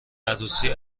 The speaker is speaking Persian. عروسی